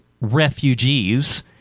refugees